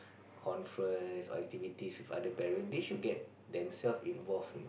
conference activities with other parents they should get themselves involved